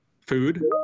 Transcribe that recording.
food